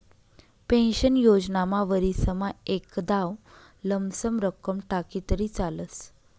pension योजनामा वरीसमा एकदाव लमसम रक्कम टाकी तरी चालस